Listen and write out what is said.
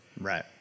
Right